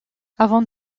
avant